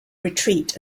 retreat